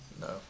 no